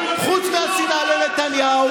חוץ מהשנאה לנתניהו?